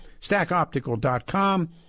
StackOptical.com